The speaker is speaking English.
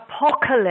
apocalypse